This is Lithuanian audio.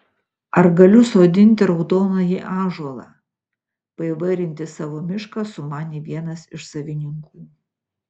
ar galiu sodinti raudonąjį ąžuolą paįvairinti savo mišką sumanė vienas iš savininkų